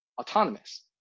autonomous